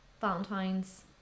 valentine's